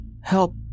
Help